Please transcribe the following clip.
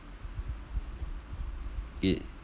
y~